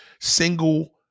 Single